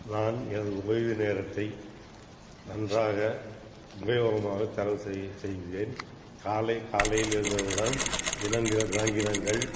நான் எனது ஓய்வு நேரத்தை நன்றாக உபயோகமாக தரவு செய் செய்கிறேன் காலை காலையில் எழுந்தவுடன் விலங்கின விலங்கினங்கள்